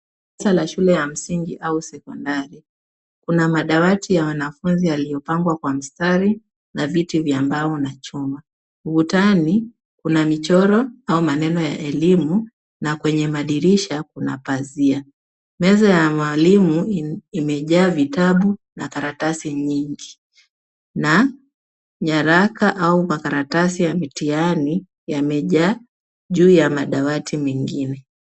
Darasa la shule ya msingi au sekondari. Kuna madawati ya wanafunzi yaliyopangwa kwa mstari na viti vya mbao na chuma. Ukutani kuna michoro au maneno ya elimu na kwenye madirisha kuna pazia. Meza ya mwalimu imejaa vitabu na karatasi nyingi na nyaraka au makaratasi ya mitihani yamejaa juu ya madawati mengine.